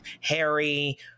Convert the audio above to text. Harry